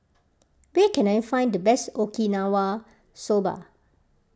where can I find the best Okinawa Soba